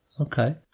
Okay